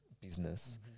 business